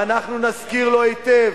ואנחנו נזכיר לו היטב